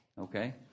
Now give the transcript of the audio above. Okay